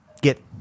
get